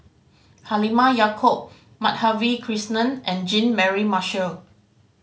Halimah Yacob Madhavi Krishnan and Jean Mary Marshall